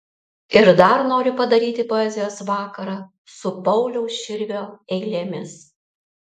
ir dar noriu padaryti poezijos vakarą su pauliaus širvio eilėmis